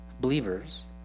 believers